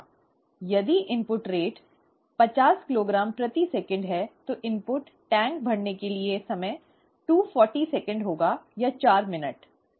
यदि इनपुट दर पचास किलोग्राम प्रति सेकंड है तो इनपुट टैंक भरने के लिए समय 240 सेकंड होगा या चार मिनट ठीक है